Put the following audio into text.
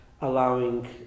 allowing